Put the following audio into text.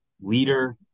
leader